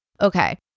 Okay